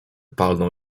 palnął